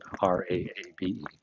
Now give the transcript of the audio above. r-a-a-b